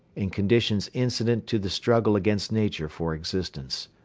in conditions incident to the struggle against nature for existence.